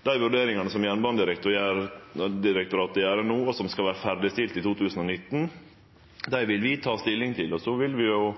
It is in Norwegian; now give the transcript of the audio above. Dei vurderingane som Jernbanedirektoratet gjer no, og som skal vere ferdigstilte i 2019, vil vi ta stilling til. Så vil vi